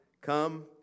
Come